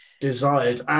desired